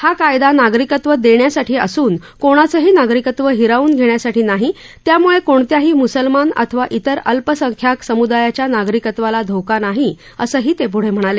हा कायदा नागरिकत्व देण्यासाठी असून कोणाचंही नागरिकत्व हिरावून घेण्यासाठी नाही त्यामुळे कोणत्याही मुसलमान अथवा इतर अल्पसंख्याक समुदायाच्या नागरिकत्वाला धोका नाही असंही ते पुढे म्हणाले